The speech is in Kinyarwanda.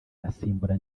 asimbura